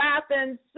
laughing